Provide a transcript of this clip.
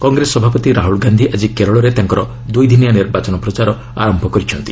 କଂଗ୍ରେସ ସଭାପତି ରାହୁଲ ଗାନ୍ଧି ଆଜି କେରଳରେ ତାଙ୍କର ଦୁଇଦିନିଆ ନିର୍ବାଚନ ପ୍ରଚାର ଆରମ୍ଭ କରିଛନ୍ତି